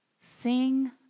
Sing